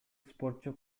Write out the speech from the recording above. спортчу